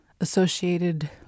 associated